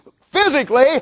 physically